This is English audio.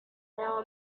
now